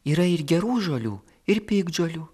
yra ir gerų žolių ir piktžolių